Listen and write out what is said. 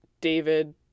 david